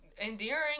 endearing